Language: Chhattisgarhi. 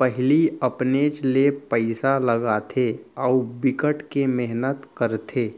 पहिली अपनेच ले पइसा लगाथे अउ बिकट के मेहनत करथे